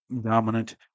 dominant